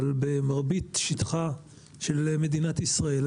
אבל מרבית שטחה של מדינת ישראל,